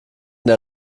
der